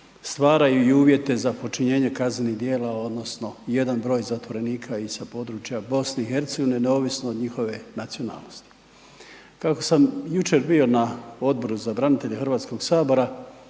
stvaraju i uvjete za počinjenje kaznenih djela odnosno jedan broj zatvorenika i sa područja BiH neovisno od njihove nacionalnosti. Kako sam jučer bio na Odboru za branitelje HS cijenim